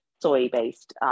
soy-based